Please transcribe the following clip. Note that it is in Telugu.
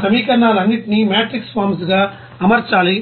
ఆ సమీకరణాలన్నింటినీ మెట్రిక్స్ ఫార్మ్స్ గా అమర్చాలి